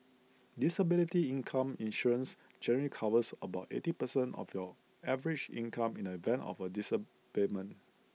disability income insurance generally covers about eighty percent of your average income in the event of A disablement